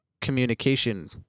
Communication